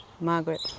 Margaret